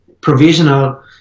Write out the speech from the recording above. provisional